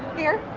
here?